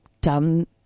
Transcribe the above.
done